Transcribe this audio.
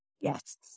Yes